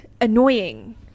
annoying